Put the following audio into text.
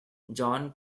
john